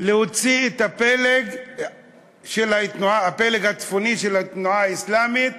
להוציא את הפלג הצפוני של התנועה האסלאמית